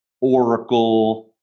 Oracle